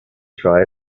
try